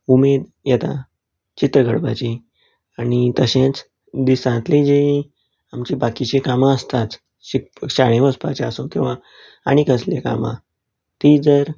उमेद येता चित्र काडपाची आनी तशेंच दिसांतलीं जीं आमची बाकीचीं कामां आसतात शिक शाळेन वचपाचें आसूं वा आनी कसलीय कामां ती जर